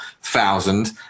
thousand